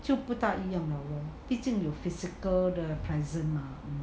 就不大一样 lor 一定有 physical 的 presence mah